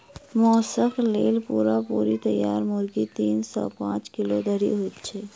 मौसक लेल पूरा पूरी तैयार मुर्गी तीन सॅ पांच किलो धरि होइत छै